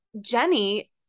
Jenny